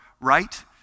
right